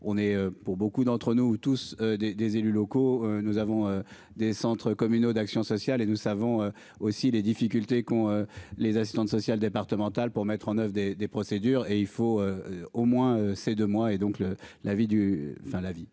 on est pour beaucoup d'entre nous tous des des élus locaux. Nous avons des centres communaux d'action sociale et nous savons aussi les difficultés qu'ont les assistantes sociales départementales pour mettre en oeuvre des des procédures et il faut au moins c'est deux mois et donc le l'avis du enfin la vie